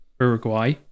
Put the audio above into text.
Uruguay